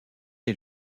est